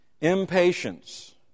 Impatience